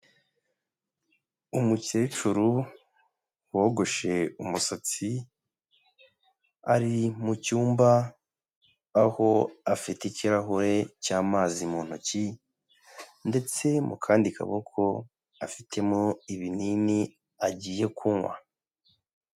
Umukecuru wogoshe umusatsi, ari mu cyumba, aho afite ikirahure cy'amazi mu ntoki ndetse mu kandi kaboko afitemo ibinini agiye kunywa.